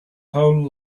whole